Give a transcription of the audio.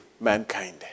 mankind